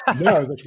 no